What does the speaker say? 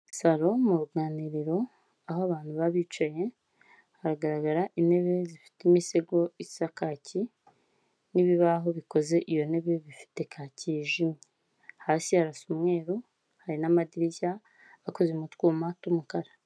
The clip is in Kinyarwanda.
Saro mu ruganiriro aho abantu baba bicaye, haragaragara intebe zifite imisego isa kaki n'ibibaho bikoze iyo ntebe bifite kaki yijimye, hasi harasa umweru, hari n'amadirishya akoze mu twuma tw'umukara.